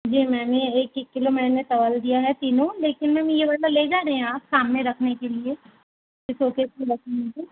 जी मैंने एक एक किलो मैंने तौल दिया है तीनों लेकिन मैम यह वाला ले जा रहे हैं आप सामने रखने के लिए शोकेस में रखने के लिए